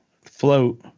Float